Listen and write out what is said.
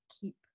keep